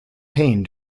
pain